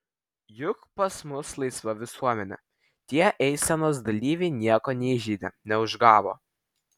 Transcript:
juk pas mus laisva visuomenė tie eisenos dalyviai nieko neįžeidė neužgavo